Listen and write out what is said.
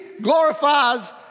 glorifies